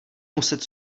muset